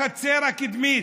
לחצר הקדמית.